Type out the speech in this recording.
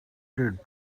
did